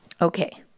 okay